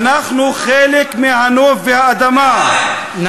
אנחנו חלק מהנוף והאדמה, נגמר הזמן.